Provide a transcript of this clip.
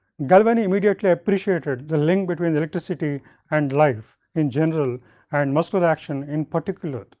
galvin immediately appreciated the link between electricity and life in general and muscular action in particular.